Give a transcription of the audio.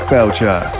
Belcher